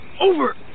over